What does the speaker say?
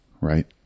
right